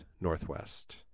Northwest